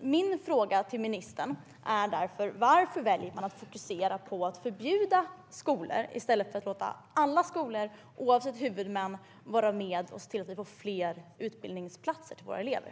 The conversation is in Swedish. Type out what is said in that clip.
Min fråga till ministern är därför: Varför väljer man att fokusera på att förbjuda skolor i stället för att låta alla skolor oavsett huvudman vara med och se till att vi få fler utbildningsplatser till våra elever?